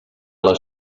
les